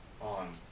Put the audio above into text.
on